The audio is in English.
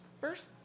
First